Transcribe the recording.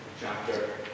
chapter